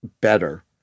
better